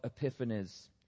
epiphanies